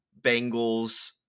Bengals